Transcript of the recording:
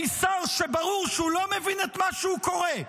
שר שברור שהוא לא מבין את מה שהוא קורא.